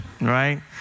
right